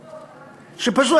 שפשוט,